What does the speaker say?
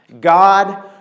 God